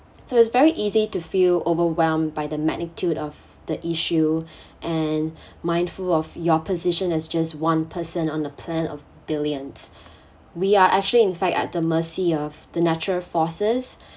so it's very easy to feel overwhelmed by the magnitude of the issue and mindful of your position is just one person on the planet of billions we are actually in fact at the mercy of the natural forces